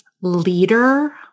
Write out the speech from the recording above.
leader